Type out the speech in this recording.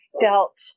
felt